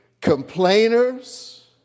complainers